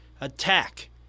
attack